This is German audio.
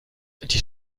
die